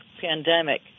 pandemic